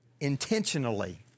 intentionally